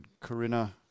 Corinna